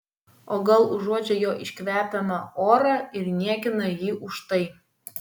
o gal uodžia jo iškvepiamą orą ir niekina jį už tai